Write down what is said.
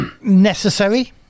necessary